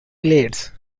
glades